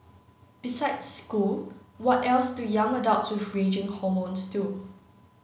besides school what else do young adults with raging hormones do